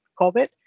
COVID